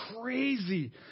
crazy